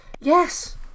Yes